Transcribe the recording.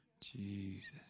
Jesus